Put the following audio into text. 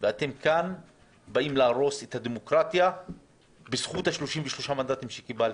ואתם כאן באים להרוס את הדמוקרטיה בזכות 33 מנדטים שקיבלתם,